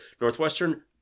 Northwestern